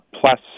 plus